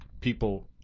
people